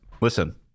listen